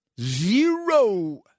Zero